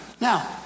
Now